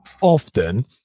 often